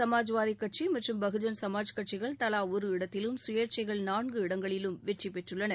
சமாஜ்வாதிக் கட்சி மற்றும் பகுஜன் சமாஜ் கட்சிகள் தலா ஒரு இடத்திலும் சுயேச்சைகள் நான்கு இடங்களிலும் வெற்றி பெற்றுள்ளன